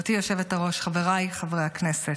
חבריי חברי הכנסת,